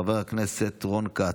חבר הכנסת רון כץ,